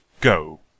go